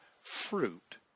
fruit